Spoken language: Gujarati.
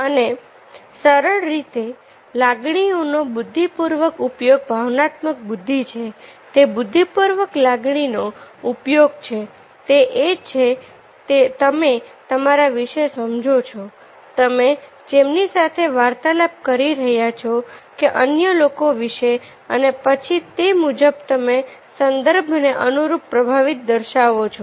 અને સરળ રીતે લાગણીનો બુદ્ધિપૂર્વક ઉપયોગે ભાવનાત્મક બુદ્ધિ છે તે બુદ્ધિપૂર્વક લાગણી નો ઉપયોગ છે તે એ છે તમે તમારા વિશે સમજો છો તમે જેમની સાથે વાર્તાલાપ કરી રહ્યા છો કે અન્ય લોકો વિશે અને પછી તે મુજબ તમે સંદર્ભે ને અનુરૂપ પ્રતિભાવ દર્શાવો છો